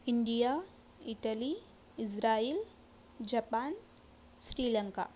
India Italy Israel Japan Sri Lanka